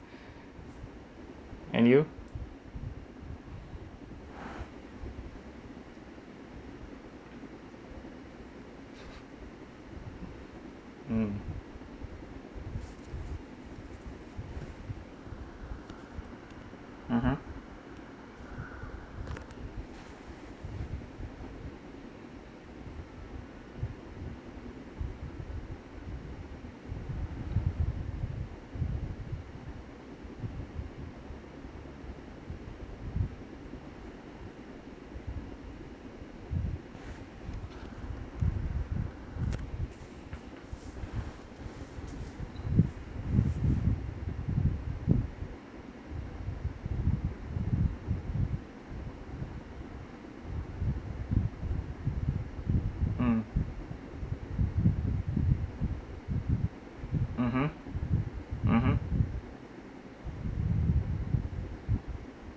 and you mm mmhmm